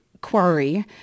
quarry